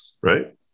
right